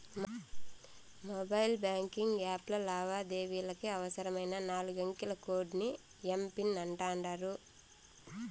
mobile banking యాప్ల లావాదేవీలకి అవసరమైన నాలుగంకెల కోడ్ ని ఎమ్.పిన్ అంటాండారు